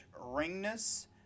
ringness